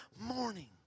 morning